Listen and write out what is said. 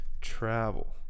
travel